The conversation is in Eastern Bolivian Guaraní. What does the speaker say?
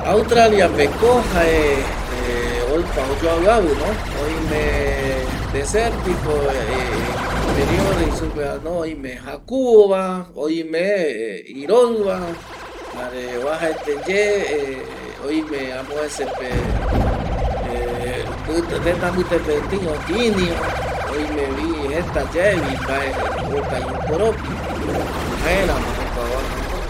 Australiapeko jae opa oyoavɨavɨvino oime desertiko interior jei supevano oime jakuvova, oime iroɨva jare oajaeteye oime amovecepe tëtambɨtepetei otiniva oimevi jetayaevi mbae okai jokoropi jaeramo jokua oaja jokope